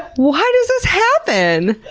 why does this happen?